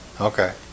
Okay